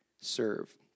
serve